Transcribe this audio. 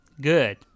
Good